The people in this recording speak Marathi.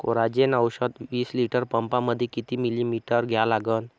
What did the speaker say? कोराजेन औषध विस लिटर पंपामंदी किती मिलीमिटर घ्या लागन?